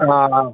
ꯑꯥ